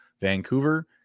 Vancouver